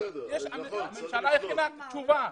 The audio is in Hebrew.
ממשלה הכינה תשובה.